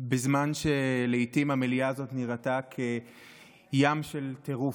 בזמן שלעיתים המליאה הזאת נראתה כים של טירוף,